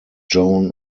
joan